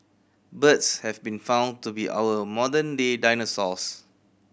birds have been found to be our modern day dinosaurs